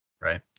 Right